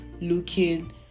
looking